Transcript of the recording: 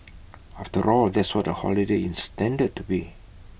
after all that's what A holiday is intended to be